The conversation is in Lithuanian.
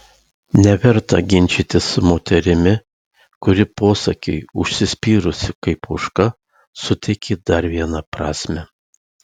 neverta ginčytis su moterimi kuri posakiui užsispyrusi kaip ožka suteikė dar vieną prasmę